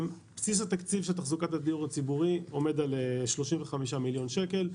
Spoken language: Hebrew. בסיס התקציב של תחזוקת הדיור הציבורי עומד על 35 מיליון שקל.